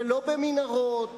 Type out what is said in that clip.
ולא במנהרות